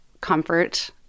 comfort